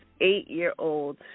eight-year-old